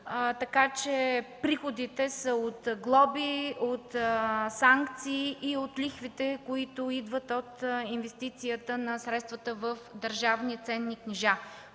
така че приходите са от глоби, от санкции и от лихвите, които идват от инвестицията на средствата в държавни и ценните книжа.